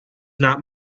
not